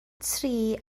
tri